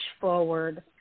forward